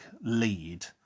lead